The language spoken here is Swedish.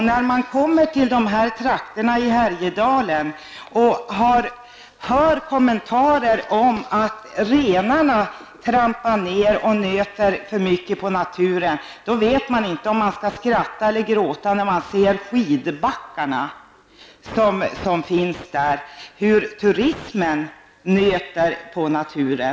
När man kommer till dessa trakter i Härjedalen och hör kommentarer om att renarna trampar ner och nöter för mycket på naturen, vet man inte om man ska skratta eller gråta när man ser alla skidbackar som finns där och turister som nöter på naturen.